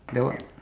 that one